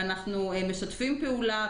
אנחנו משתפים פעולה,